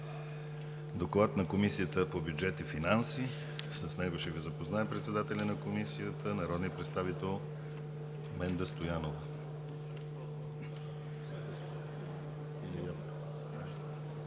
доклада на Комисията по бюджет и финанси ще Ви запознае председателят на Комисията народният представител Менда Стоянова.